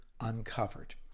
Uncovered